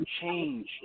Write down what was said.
change